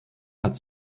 hat